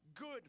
good